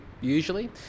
usually